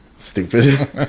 stupid